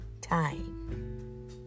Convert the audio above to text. time